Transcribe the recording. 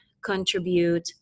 contribute